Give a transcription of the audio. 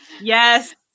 yes